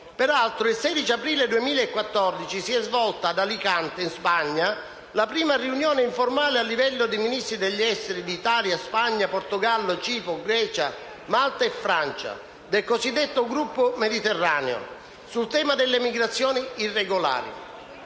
Peraltro, il 16 aprile 2014, si è svolta, ad Alicante, in Spagna, la prima riunione informale a livello dei Ministri degli affari esteri di Italia, Spagna, Portogallo, Cipro, Grecia, Malta e Francia del cosiddetto Gruppo Mediterraneo sul tema delle migrazioni irregolari.